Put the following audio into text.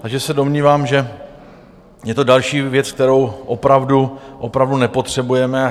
Takže se domnívám, že je to další věc, kterou opravdu nepotřebujeme.